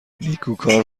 نیکوکار